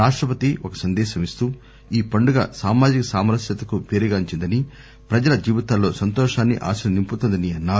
రాష్టపతి ఒక సందేశం ఇస్తూ ఈ పండుగ సామాజిక సామరస్యతకు పేరుగాంచిందని ప్రజల జీవితాల్లో సంతోషాన్ని ఆశను నింపుతుందని అన్సారు